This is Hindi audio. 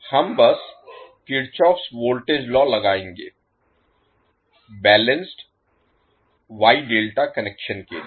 हम बस किर्चॉफ्स वोल्टेज लॉ लगाएंगे बैलेंस्ड वाई डेल्टा कनेक्शन के लिए